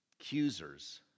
accusers